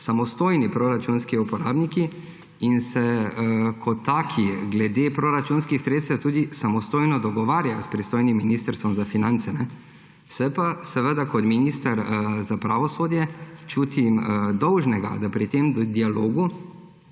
samostojni proračunski uporabniki in se kot taki glede proračunskih sredstev tudi samostojno dogovarjajo s pristojnim Ministrstvom za finance. Se pa kot minister za pravosodje čutim dolžnega, da pri tem dialogu,